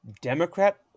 Democrat